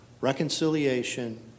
reconciliation